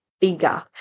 bigger